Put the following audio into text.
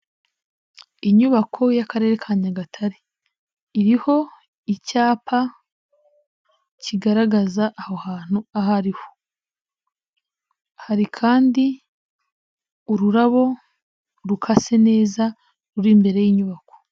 Inyubako y'Akarere ka Nyagatare iriho icyapa kigaragaza aho hantu aho ari ho, hari kandi ururabo rukase neza ruri imbere y'inyubako.